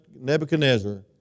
Nebuchadnezzar